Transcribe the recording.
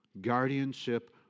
guardianship